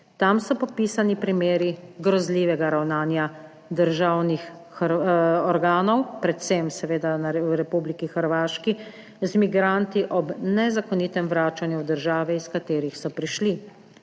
Tam so popisani primeri grozljivega ravnanja državnih organov predvsem seveda v Republiki Hrvaški, z migranti ob nezakonitem vračanju v države iz katerih so prišli.